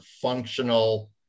functional